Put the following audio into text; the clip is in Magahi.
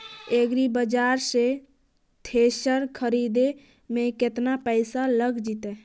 एग्रिबाजार से थ्रेसर खरिदे में केतना पैसा लग जितै?